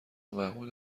محمود